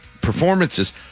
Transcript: performances